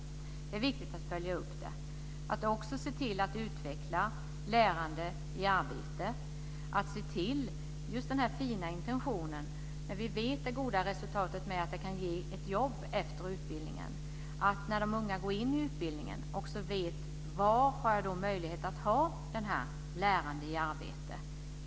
Det är viktigt att följa upp. Vi ska också se till att utveckla den fina intentionen i lärande i arbete. Vi känner till det goda resultatet att det kan ge ett jobb efter utbildningen. När de unga går in i utbildningen ska de också veta var de har möjlighet att få detta lärande i arbete.